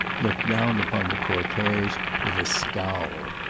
looked down upon the cortege with a scowl.